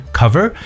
cover